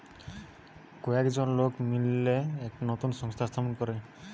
কয়েকজন লোক মিললা একটা নতুন সংস্থা স্থাপন করে